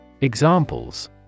Examples